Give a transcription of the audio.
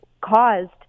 caused